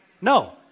No